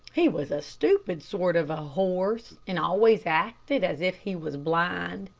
he was a stupid sort of a horse, and always acted as if he was blind.